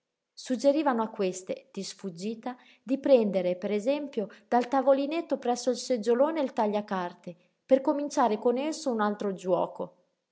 mani suggerivano a queste di sfuggita di prendere per esempio dal tavolinetto presso il seggiolone il tagliacarte per cominciare con esso un altro giuoco